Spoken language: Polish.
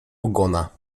ogona